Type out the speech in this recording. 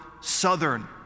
southern